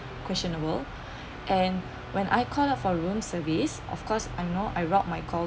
questionable and when I called up for room service of course I know I route my call